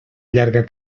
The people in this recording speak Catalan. llarga